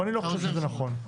ואני לא חושב שזה נכון.